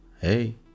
Hey